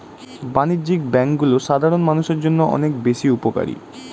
বাণিজ্যিক ব্যাংকগুলো সাধারণ মানুষের জন্য অনেক বেশি উপকারী